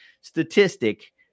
statistic